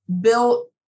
built